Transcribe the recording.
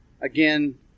again